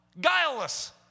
guileless